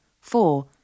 Four